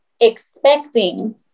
expecting